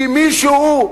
כי מישהו,